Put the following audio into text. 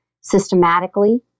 systematically